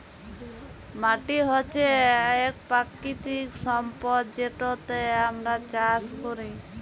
মাটি হছে ইক পাকিতিক সম্পদ যেটতে আমরা চাষ ক্যরি